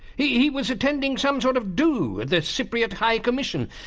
he he was attending some sort of do at the cypriot high commission,